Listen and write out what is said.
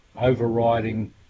overriding